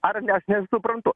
ar nes nesuprantu